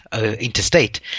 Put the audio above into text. interstate